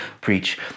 preach